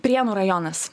prienų rajonas